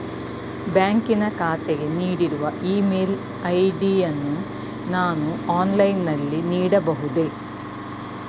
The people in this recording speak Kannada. ಬ್ಯಾಂಕಿನ ಖಾತೆಗೆ ನೀಡಿರುವ ಇ ಮೇಲ್ ಐ.ಡಿ ಯನ್ನು ನಾನು ಆನ್ಲೈನ್ ನಲ್ಲಿ ನೀಡಬಹುದೇ?